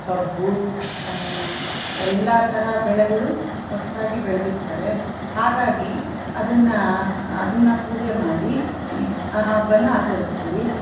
ಕಬ್ಬು ಎಲ್ಲ ಥರ ಬೆಳೆಗಳು ಹೊಸದಾಗಿ ಬೆಳೆದಿರ್ತಾರೆ ಹಾಗಾಗಿ ಅದನ್ನು ಅದನ್ನು ಪೂಜೆ ಮಾಡಿ ಆ ಹಬ್ಬನ ಆಚರಿಸ್ತೀವಿ